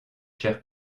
chers